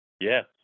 yes